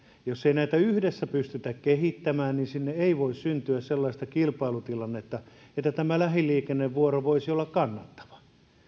jos ei näitä yhdessä pystytä kehittämään niin sinne ei voi syntyä sellaista kilpailutilannetta että tämä lähiliikennevuoro voisi olla kannattava